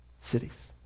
cities